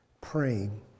praying